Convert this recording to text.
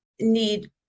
need